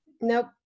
Nope